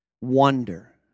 wonder